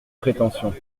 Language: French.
prétention